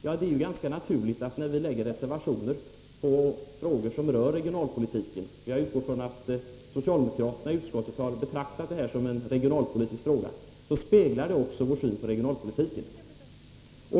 Ja, det är ganska naturligt att när vi lägger reservationer i frågor som rör regionalpolitik — jag utgår från att socialdemokraterna har betraktat detta som en regionalpolitisk fråga — speglar reservationerna också vår syn på regionalpolitiken.